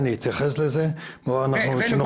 אני רוצה לברך את ידידי וחברי,